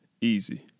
easy